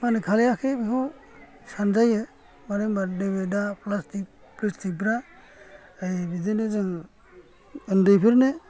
खालायाखै बेखौ सानजायो मानो होनबा जोङो दा बिदिनो जों उन्दै फोरनो